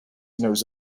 knows